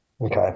Okay